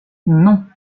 non